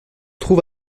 trouve